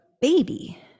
Baby